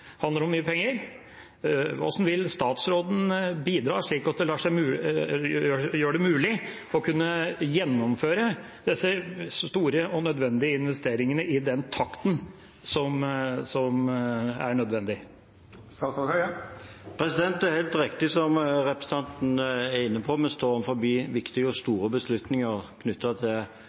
Det handler om mye penger. Hvordan vil statsråden bidra slik at det gjør det mulig å gjennomføre disse store og nødvendige investeringene i den takten som er nødvendig? Det er helt riktig som representanten er inne på, at vi står overfor viktige og store beslutninger knyttet til